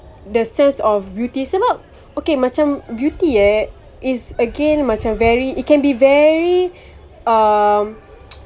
the sense of beauty sebab okay macam beauty eh is again macam very it can be very um